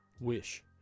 Wish